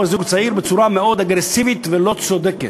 הזוג הצעיר בצורה מאוד אגרסיבית ולא צודקת.